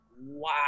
Wow